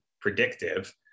predictive